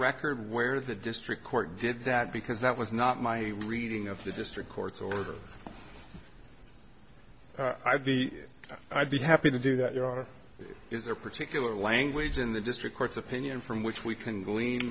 record where the district court did that because that was not my reading of the district court's order i v i'd be happy to do that your honor is there particular language in the district court's opinion from which we can glean